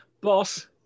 Boss